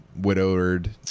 widowed